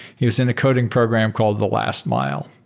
he was in a coding program called the last mile.